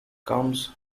comes